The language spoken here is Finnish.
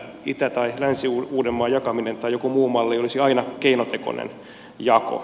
itä tai länsi uudenmaan jakaminen tai joku muu malli olisi aina keinotekoinen jako